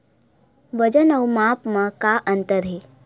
वजन अउ माप म का अंतर हे?